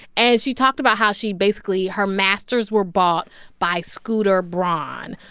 and she talked about how she basically, her masters were bought by scooter braun,